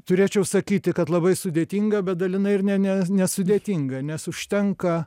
turėčiau sakyti kad labai sudėtinga bet dalinai ir ne ne nesudėtinga nes užtenka